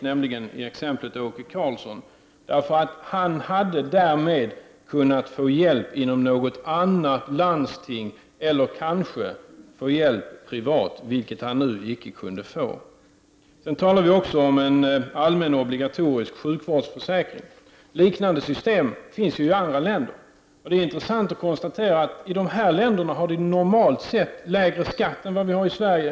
Han skulle med vårdgarantin ha kunnat få hjälp inom ett annat landsting eller kanske privat. Men detta var alltså inte möjligt. Vidare har vi talat om en allmän obligatorisk sjukvårdsförsäkring. Liknande system finns i andra länder. Något som är intressant att konstatera är att skatten i de länderna i normalfallet är lägre än skatten här i Sverige.